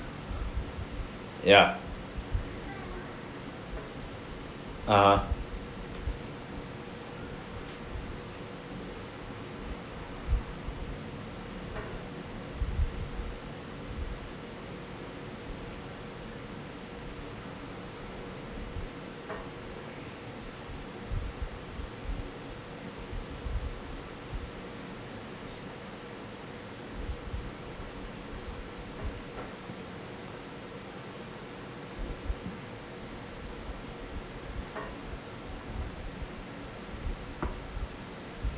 ya err